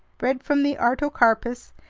bread from the artocarpus,